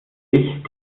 ich